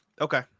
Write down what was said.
Okay